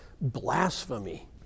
blasphemy